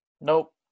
Nope